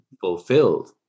fulfilled